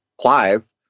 Clive